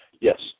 Yes